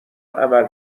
عمل